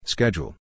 Schedule